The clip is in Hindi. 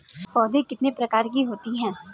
पौध कितने प्रकार की होती हैं?